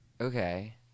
Okay